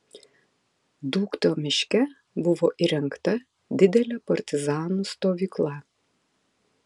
dūkto miške buvo įrengta didelė partizanų stovykla